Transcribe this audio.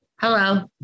Hello